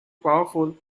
powerful